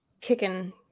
kicking